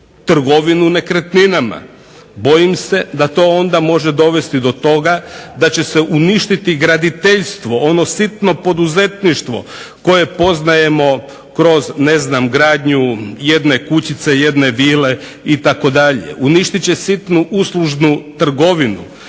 trgovinu nekretninama. Bojim se da to onda može dovesti do toga da će se uništiti graditeljstvo, ono sitno poduzetništvo koje poznajemo kroz gradnju jedne kućice, jedne vile itd. Uništiti će sitnu uslužnu trgovinu,